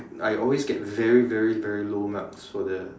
I always get very very very low marks for the